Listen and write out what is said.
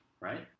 right